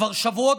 כבר שבועות,